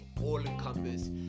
all-encompass